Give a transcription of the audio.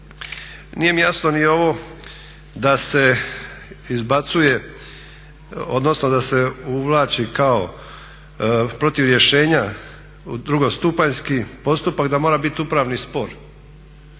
Nije mi jasno ni ovo da se izbacuje odnosno da se uvlači kao protiv rješenja drugostupanjski postupak da mora biti upravni spor.